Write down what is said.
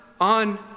on